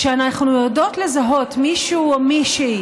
כשאנחנו יודעות לזהות מישהו או מישהי